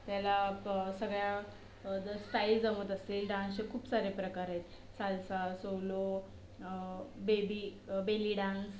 त्याला प सगळ्या जर स्टाईल जमत असेल डान्सचे खूप सारे प्रकार आहेत salsa solo baby belly dance